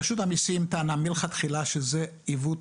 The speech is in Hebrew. רשות המיסים טענה מלכתחילה שזה עיוות